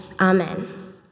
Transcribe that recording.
Amen